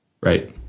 right